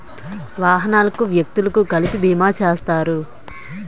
వాహనాలకు వ్యక్తులకు కలిపి బీమా చేస్తారు